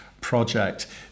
project